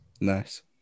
nice